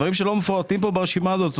ודברים שלא מפורטים ברשימה הזאת.